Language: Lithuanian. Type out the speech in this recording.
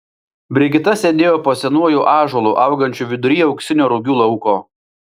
brigita sėdėjo po senuoju ąžuolu augančiu vidury auksinio rugių lauko